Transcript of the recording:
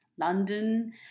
London